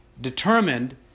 determined